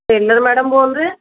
tailor madam ਬੋਲਦੇ ਹੈ